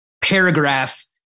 paragraph